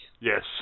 Yes